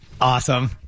Awesome